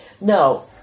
No